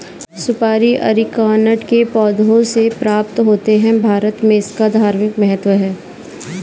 सुपारी अरीकानट के पौधों से प्राप्त होते हैं भारत में इसका धार्मिक महत्व है